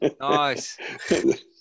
Nice